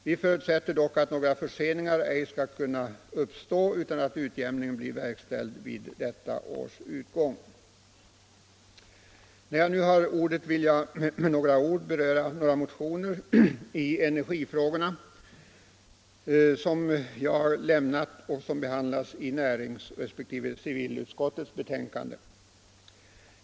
Vi förutsätter dock att några förseningar ej skall uppstå utan att utjämningen blir verkställd vid detta års utgång. När jag nu har ordet vill jag med ett par ord beröra några motioner i energifrågorna som jag väckt och som behandlas i näringsutskottets resp. civilutskottets betänkande.